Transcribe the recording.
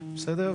בסדר?